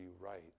right